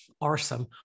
awesome